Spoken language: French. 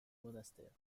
monastère